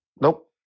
Nope